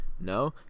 no